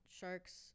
sharks